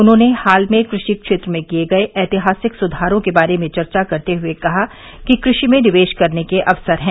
उन्होंने हाल में कृषि क्षेत्र में किए गए ऐतिहासिक सुधारों के बारे में चर्चा करते हुए कहा कि कृषि में निवेश करने के अवसर हैं